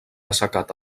assecat